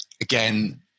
again